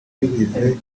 bigize